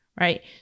right